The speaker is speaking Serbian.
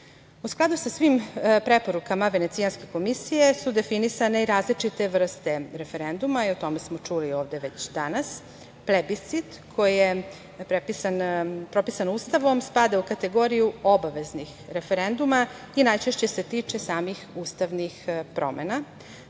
skladu sa svim preporukama Venecijanske komisije su definisane i različite vrste referenduma i o tome smo čuli ovde već danas. Prebiscit koji je propisan Ustavom spada u kategoriju obaveznih referenduma i najčešće se tiče samih ustavnih promena.